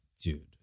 dude